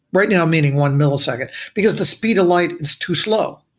right now, meaning one millisecond, because the speed of light is too slow,